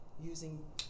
using